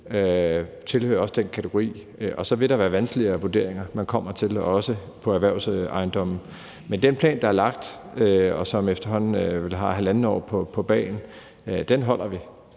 tilhører også den kategori. Og så vil der være vanskeligere vurderinger, man kommer til, også i forhold til erhvervsejendomme. Men den plan, der er lagt, og som efterhånden har halvandet år på bagen, holder vi.